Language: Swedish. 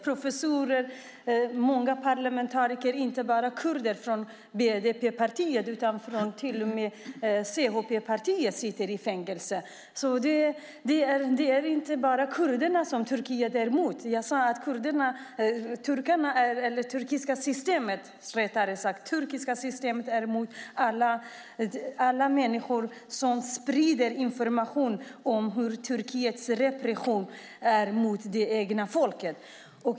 Professorer och många parlamentariker, inte bara kurder från BDP utan till och med från CHP, sitter i fängelse. Turkiet är alltså inte bara emot kurder, utan det turkiska systemet är emot alla människor som sprider information om Turkiets repression mot det egna folket.